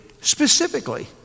specifically